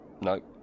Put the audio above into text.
nope